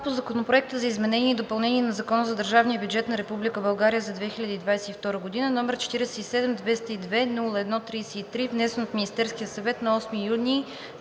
Законопроект за изменение и допълнение на Закона за държавния бюджет на Република България за 2022 г., № 47-202-01-33, внесен от Министерския съвет на 8 юни